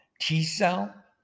T-cell